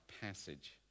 passage